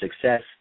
Success